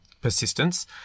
persistence